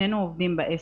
שנינו עובדים בעסק.